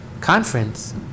conference